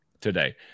today